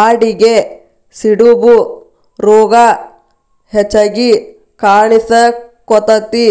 ಆಡಿಗೆ ಸಿಡುಬು ರೋಗಾ ಹೆಚಗಿ ಕಾಣಿಸಕೊತತಿ